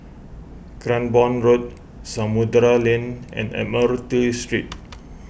Cranborne Road Samudera Lane and Admiralty Street